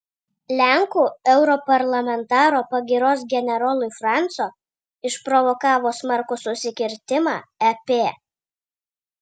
lenkų europarlamentaro pagyros generolui franco išprovokavo smarkų susikirtimą ep